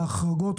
ההחרגות,